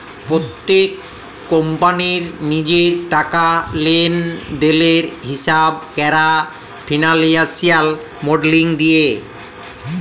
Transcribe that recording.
প্যত্তেক কম্পালির লিজের টাকা লেলদেলের হিঁসাব ক্যরা ফিল্যালসিয়াল মডেলিং দিয়ে